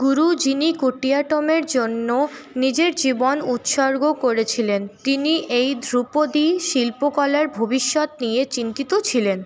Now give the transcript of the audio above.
গুরু যিনি কুটিয়াটমের জন্য নিজের জীবন উৎসর্গ করেছিলেন তিনি এই ধ্রুপদী শিল্পকলার ভবিষ্যৎ নিয়ে চিন্তিত ছিলেন